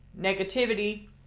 negativity